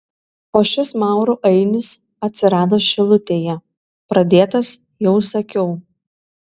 o šis maurų ainis atsirado šilutėje pradėtas jau sakiau